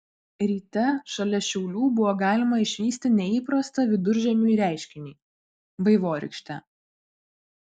ryte šalia šiaulių buvo galima išvysti neįprastą viduržiemiui reiškinį vaivorykštę